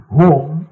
home